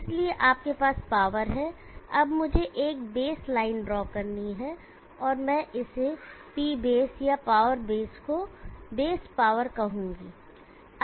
इसलिए आपके पास पावर है अब मुझे एक बेसलाइन ड्रा करनी है और मैं इसे P बेस या पावर बेस को बेस पावर कहूंगा